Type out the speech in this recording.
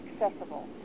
accessible